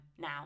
now